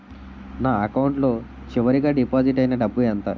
నా అకౌంట్ లో చివరిగా డిపాజిట్ ఐనా డబ్బు ఎంత?